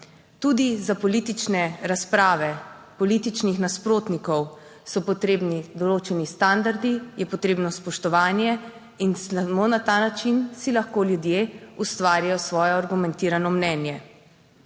tudi za politične razprave političnih nasprotnikov so potrebni določeni standardi, je potrebno spoštovanje in samo na ta način si lahko ljudje ustvarijo svoje argumentirano mnenje.